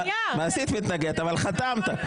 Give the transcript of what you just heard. --- מה לעשות, טיבי, אבל חתמת.